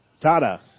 Tada